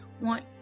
want